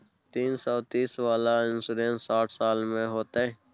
तीन सौ तीस वाला इन्सुरेंस साठ साल में होतै?